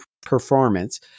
performance